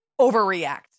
overreact